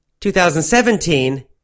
2017